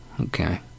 okay